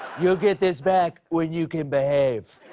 you'll get this back when you can behave.